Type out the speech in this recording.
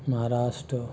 Maharashtra